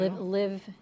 live